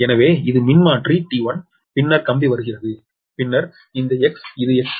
எனவே இது மின்மாற்றி T1பின்னர் கம்பி வருகிறது பின்னர் இந்த X இது Xline j0